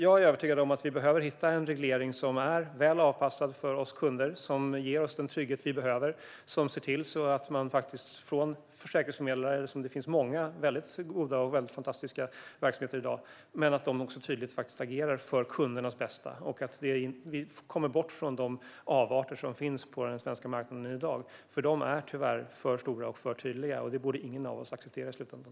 Jag är övertygad om att vi behöver hitta en reglering som är väl avpassad för oss kunder, som ger oss den trygghet vi behöver och ser till att försäkringsförmedlarna - det finns många goda sådana verksamheter i dag - tydligt agerar för kundernas bästa, så att vi kommer bort från de avarter som finns på den svenska marknaden i dag. De är tyvärr för stora och för tydliga. Det borde ingen av oss acceptera i slutändan.